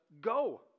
go